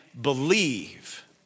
believe